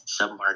submarket